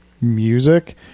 music